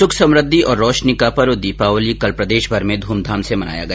सुख समृद्धि और रोशनी का पर्व दीपावली कल प्रदेशभर में ध्रमधाम से मनाया गया